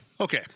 Okay